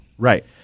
Right